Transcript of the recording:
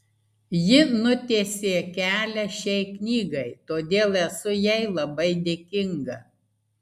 ji nutiesė kelią šiai knygai todėl esu jai labai dėkinga